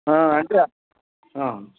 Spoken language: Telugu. అంటే